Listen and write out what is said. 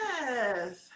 Yes